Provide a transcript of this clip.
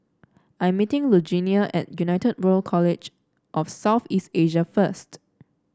I'm meeting Lugenia at United World College of South East Asia first